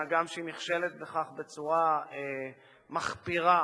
הגם שהיא נכשלת בכך בצורה מחפירה ורשלנית,